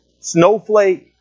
snowflake